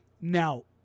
Now